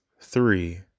three